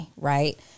right